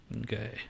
Okay